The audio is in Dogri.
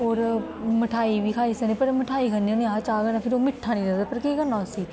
होर मठाई बी खाई सकने पर मठाई खन्ने होन्ने अस चाह् कन्नै फिर ओह् मिट्ठा निं लगदा पर केह् करना उस्सी